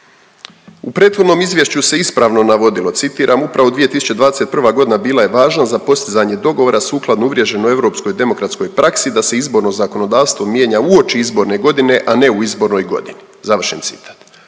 U prethodnom izvješću se ispravno navodilo, citiram, upravo 2021.g. bila je važna za postizanje dogovora sukladno uvriježenoj europskoj demokratskoj praksi da se izborno zakonodavstvo mijenja uoči izborne godine, a ne u izbornoj godini, završen citat.